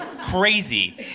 crazy